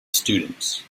students